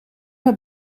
naar